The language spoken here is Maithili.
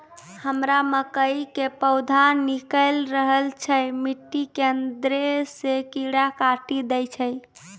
हमरा मकई के पौधा निकैल रहल छै मिट्टी के अंदरे से कीड़ा काटी दै छै?